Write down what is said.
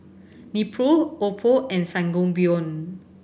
Nepro Oppo and Sangobion